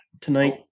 tonight